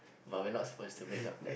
but we're not supposed to bring up that